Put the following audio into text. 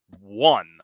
One